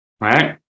Right